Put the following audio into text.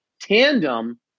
tandem –